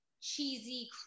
cheesy